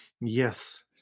Yes